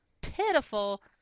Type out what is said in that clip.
pitiful